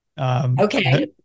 okay